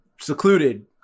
secluded